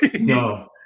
No